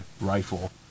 rifle